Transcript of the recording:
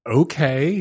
okay